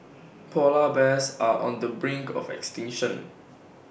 Polar Bears are on the brink of extinction